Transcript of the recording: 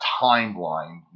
timeline